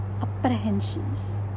apprehensions